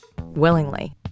willingly